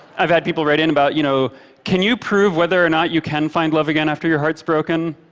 i've had people write in about, you know can you prove whether or not you can find love again after your heart's broken?